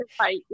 Right